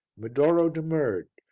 medoro demurred,